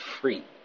free